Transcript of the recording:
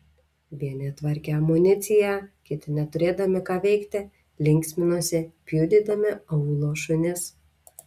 vieni tvarkė amuniciją kiti neturėdami ką veikti linksminosi pjudydami aūlo šunis